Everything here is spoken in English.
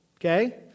okay